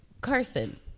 Carson